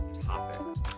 topics